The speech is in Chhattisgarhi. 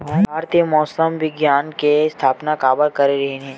भारती मौसम विज्ञान के स्थापना काबर करे रहीन है?